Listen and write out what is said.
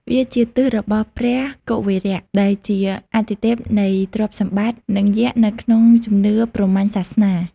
វាជាទិសរបស់ព្រះ កុវេរៈ ដែលជាអាទិទេពនៃទ្រព្យសម្បត្តិនិងយ័ក្សនៅក្នុងជំនឿព្រហ្មញ្ញសាសនា។